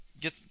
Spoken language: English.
get